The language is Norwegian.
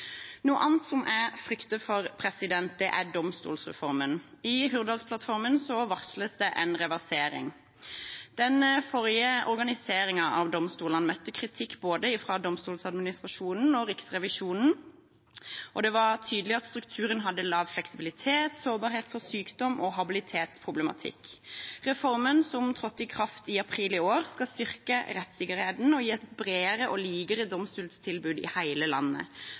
Noe annet jeg frykter for, er domstolsreformen. I Hurdalsplattformen varsles det en reversering. Den forrige organiseringen av domstolene møtte kritikk både fra Domstoladministrasjonen og fra Riksrevisjonen, og det var tydelig at strukturen hadde liten fleksibilitet, sårbarhet for sykdom og habilitetsproblematikk. Reformen, som trådte i kraft i april i år, skal styrke rettssikkerheten og gi et bredere og likere domstoltilbud i hele landet.